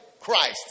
Christ